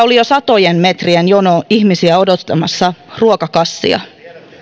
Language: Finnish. oli jo satojen metrien jono ihmisiä odottamassa ruokakassia